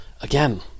again